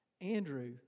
Andrew